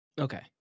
Okay